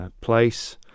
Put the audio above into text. place